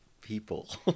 people